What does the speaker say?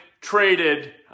traded